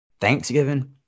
Thanksgiving